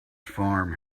farm